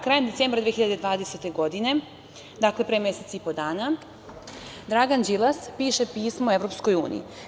Krajem decembra 2020. godine, dakle, pre mesec i po dana, Dragan Đilas piše pismo Evropskoj uniji.